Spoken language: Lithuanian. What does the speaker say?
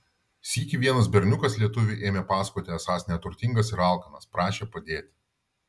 sykį vienas berniukas lietuviui ėmė pasakoti esąs neturtingas ir alkanas prašė padėti